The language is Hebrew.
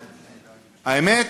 האמת,